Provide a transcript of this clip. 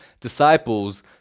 disciples